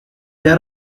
there